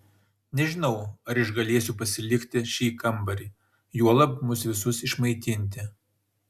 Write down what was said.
nežinau ar išgalėsiu pasilikti šį kambarį juolab mus visus išmaitinti